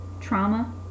Trauma